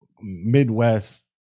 Midwest